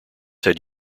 had